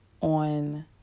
on